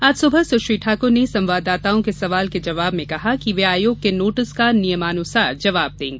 आज सुबह सुश्री ठाकुर ने संवाददाताओं के सवाल के जवाब में कहा कि वे आयोग के नोटिस का नियमानुसार जवाब देंगी